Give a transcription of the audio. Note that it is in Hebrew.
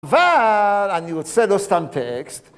וואל, אני רוצה לא סתם טקסט